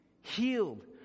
healed